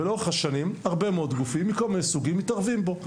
ולאורך השנים הרבה מאוד גופים מכל מיני סוגים מתערבים בו.